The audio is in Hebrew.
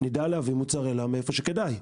נדע להביא מוצרלה מאיפה שכדאי.